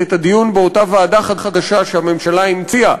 את הדיון באותה ועדה חדשה שהממשלה המציאה,